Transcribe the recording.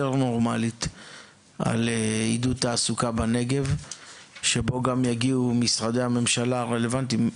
נורמלית על עידוד תעסוקה בנגב שבו גם יגיעו משרדי הממשלה הרלוונטיים.